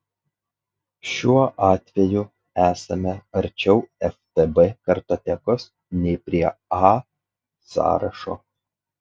šiuo atveju esame arčiau ftb kartotekos nei prie a sąrašo